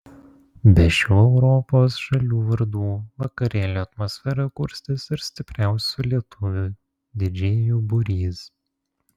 be šių europos šalių vardų vakarėlio atmosferą kurstys ir stipriausių lietuvių didžėjų būrys